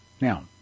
Now